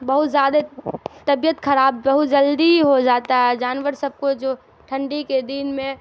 بہت زیادہ طبیعت خراب بہت جلدی ہی ہو جاتا ہے جانور سب کو جو ٹھنڈی کے دن میں